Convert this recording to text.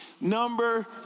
Number